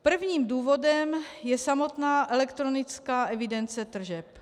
Prvním důvodem je samotná elektronická evidence tržeb.